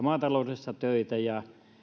maataloudessa töitä